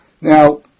Now